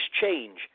change